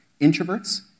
Introverts